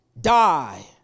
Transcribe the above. die